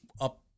up